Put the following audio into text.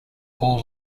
hall